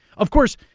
of course,